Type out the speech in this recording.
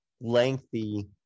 lengthy